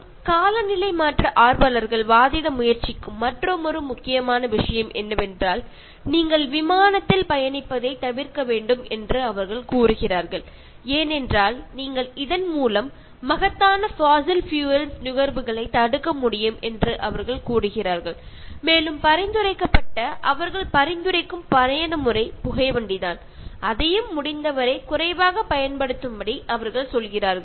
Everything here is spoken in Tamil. Refer Slide Time 2127 காலநிலை மாற்ற ஆர்வலர்கள் வாதிட முயற்சிக்கும் மற்றுமொரு முக்கியமான விஷயம் என்னவென்றால் நீங்கள் விமானத்தில் பயணிப்பதைத் தவிர்க்க வேண்டும் என்று அவர்கள் கூறுகிறார்கள் ஏனென்றால் நீங்கள் இதன் மூலம் மகத்தான போஷில் பியூல்ஸ் நுகர்வுகளைத் தடுக்க முடியும் என்று அவர்கள் கூறுகிறார்கள் மேலும் பரிந்துரைக்கப்பட்ட அவர்கள் பரிந்துரைக்கும் பயண முறை புகைவண்டி தான் அதையும் முடிந்தவரை குறைவாக பயன்படுத்தும்படி அவர்கள் சொல்கிறார்கள்